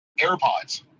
AirPods